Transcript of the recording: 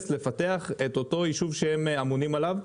לפתח את אותו יישוב שהם אמונים עליו.